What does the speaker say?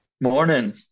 Morning